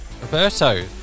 Roberto